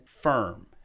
firm